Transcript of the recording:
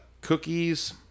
Cookies